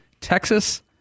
Texas